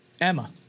Emma